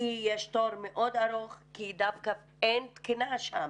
כי יש תור מאוד ארוך, כי דווקא אין תקינה שם.